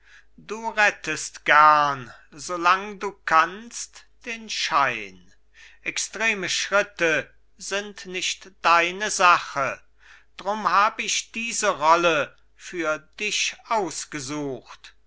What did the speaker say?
du rettest gern solang du kannst den schein extreme schritte sind nicht deine sache drum hab ich diese rolle für dich ausgesucht